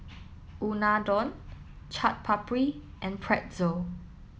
Unadon Chaat Papri and Pretzel